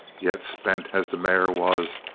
yet spent as the mare was,